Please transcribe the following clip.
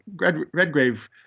Redgrave